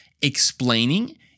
explaining